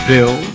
Bill